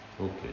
Okay